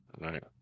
Right